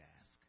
ask